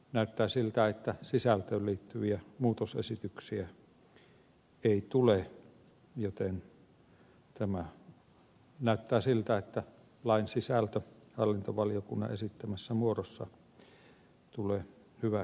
näyttää siltä että sisältöön liittyviä muutosesityksiä ei tule joten näyttää siltä että lain sisältö hallintovaliokunnan esittämässä muodossa tulee hyväksytyksi